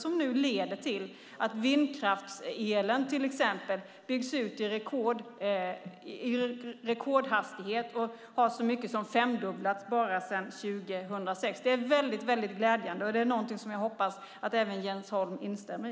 Det leder till att till exempel vindkraftselen byggs ut i rekordhastighet och har femdubblats sedan 2006. Det är mycket glädjande, vilket jag hoppas att Jens Holm instämmer i.